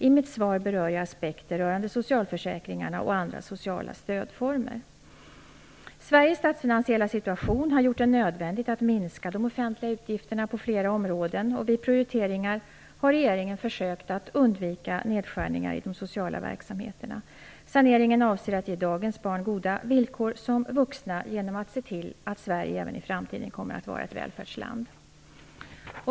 I mitt svar berör jag aspekter rörande socialförsäkringarna och andra sociala stödformer. Sveriges statsfinansiella situation har gjort det nödvändigt att minska de offentliga utgifterna på flera områden. Vid prioriteringar har regeringen försökt att undvika nedskärningar i de sociala verksamheterna. Saneringen avser att ge dagens barn goda villkor som vuxna genom att se till att Sverige även i framtiden kommer att vara ett välfärdsland.